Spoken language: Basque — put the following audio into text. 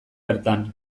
bertan